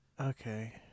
Okay